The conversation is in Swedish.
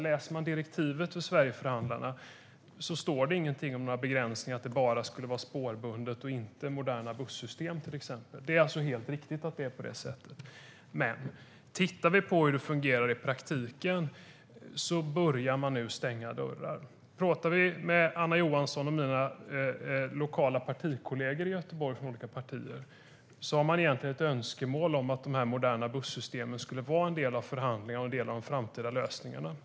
Läser man direktiven för Sverigeförhandlingen står det ingenting om några begränsningar, att det bara ska vara spårbunden trafik och inte moderna bussystem. Det är helt riktigt att det är på det sättet. Men i praktiken börjar man nu stänga dörrar. De lokala partikollegorna till Anna Johansson i Göteborg har önskemål om att de moderna bussystemen skulle ingå i förhandlingarna och vara en del av framtida lösningar.